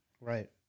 Right